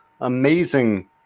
amazing